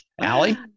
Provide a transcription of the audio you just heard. Allie